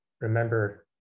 remember